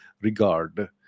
regard